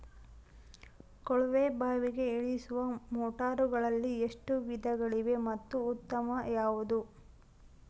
ಕೊಳವೆ ಬಾವಿಗೆ ಇಳಿಸುವ ಮೋಟಾರುಗಳಲ್ಲಿ ಎಷ್ಟು ವಿಧಗಳಿವೆ ಮತ್ತು ಉತ್ತಮ ಯಾವುದು?